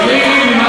סיקריקים,